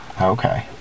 okay